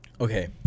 okay